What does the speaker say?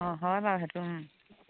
অঁ হয় বাৰু সেইটো